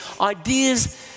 ideas